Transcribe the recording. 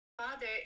father